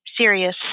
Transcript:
serious